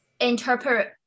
interpret